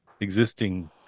Existing